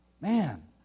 Man